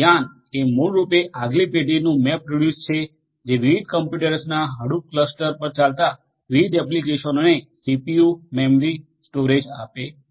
yarn એ મૂળરૂપે આગલી પેઢીનું મેપરિડયુસ છે જે વિવિધ કમ્પ્યુટર્સના હડુપ ક્લસ્ટર પર ચાલતા વિવિધ એપ્લિકેશનોને સીપીયુ મેમરી સ્ટોરેજ આપે છે